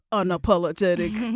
unapologetic